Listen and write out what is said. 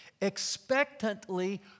expectantly